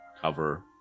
cover